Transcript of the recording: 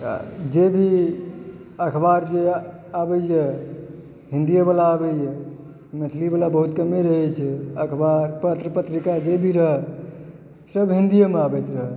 आ जे भी अखबार जे आबैए हिन्दियो वला आबैए मैथिली वला बहुत कमे रहए छै अखबार पत्र पत्रिका जे भी रहए सब हिन्दीएमे आबैत रहए